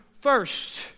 first